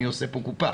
מי עושה פה קופה?